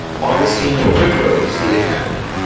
augustine overthrows the academy.